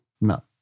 No